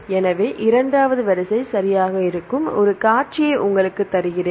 எனவே இரண்டாவது வரிசை சரியாக இருக்கும் ஒரு காட்சியை உங்களுக்கு தருகிறேன்